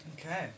Okay